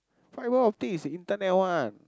fibre optic is the internet [one]